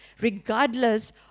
regardless